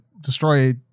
destroy